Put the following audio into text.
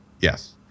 Yes